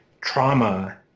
trauma